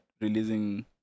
releasing